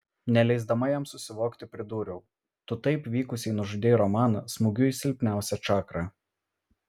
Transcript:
neleisdama jam susivokti pridūriau tu taip vykusiai nužudei romaną smūgiu į silpniausią čakrą